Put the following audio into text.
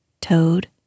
toad